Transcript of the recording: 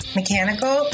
mechanical